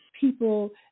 people